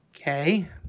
Okay